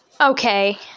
okay